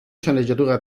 sceneggiatura